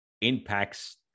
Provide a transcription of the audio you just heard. impacts